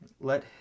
Let